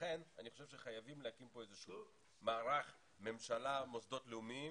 לכן אני חושב שחייבים להקים כן איזשהו מערך ממשלה-מוסדות לאומיים